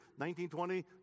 1920